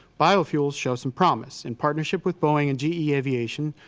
biofuels show some promise, in partnership with boeing and ge aviation,